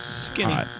Skinny